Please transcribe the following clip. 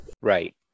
Right